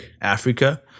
Africa